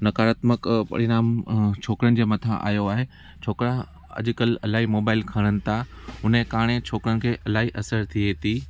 नकारात्मक अ परिणाम अ छोकिरनि जे मथां आयो आहे छोकिरा अॼुकल्ह इलाही मोबाइल खणनि था उने काणे छोकिरनि खे इलाही असरु थिए थी